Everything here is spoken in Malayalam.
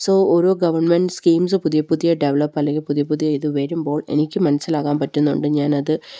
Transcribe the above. സോ ഓരോ ഗവൺമെൻറ് സ്കീംസ് പുതിയ പുതിയ അല്ലെങ്കില് പുതിയ പുതിയ ഇത് വരുമ്പോൾ എനിക്ക് മനസ്സിലാക്കാൻ പറ്റുന്നുണ്ട് ഞാനത്